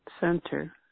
center